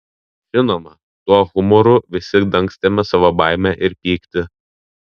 žinoma tuo humoru visi dangstėme savo baimę ir pyktį